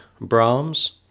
Brahms